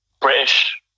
British